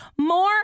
more